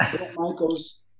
Michael's